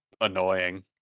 annoying